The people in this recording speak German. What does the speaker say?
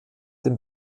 den